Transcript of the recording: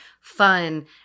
fun